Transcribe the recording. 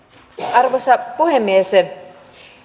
arvoisa puhemies